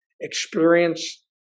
experience